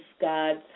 God's